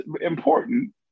important